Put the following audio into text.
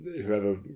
whoever